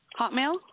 Hotmail